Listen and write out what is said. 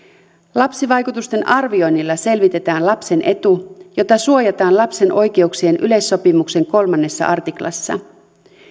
lapsivaikutusten arvioinnilla selvitetään lapsen etu jota suojataan lapsen oikeuksien yleissopimuksen kolmannessa artiklassa